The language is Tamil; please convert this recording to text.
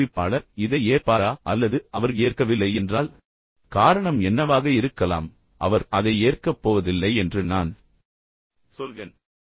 பயிற்றுவிப்பாளர் இதை ஏற்பாரா அல்லது அவர் ஏற்கவில்லை என்றால் காரணம் என்னவாக இருக்கலாம் உண்மையில் அவர் அதை ஏற்கப் போவதில்லை என்று நான் சொல்கிறேன்